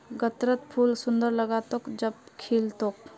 गत्त्रर फूल सुंदर लाग्तोक जब खिल तोक